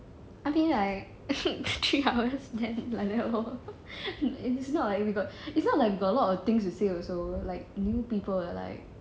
I mean I three hours then like that lor it's not like we got it's not like got a lot of things to day also like new people ah like